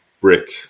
brick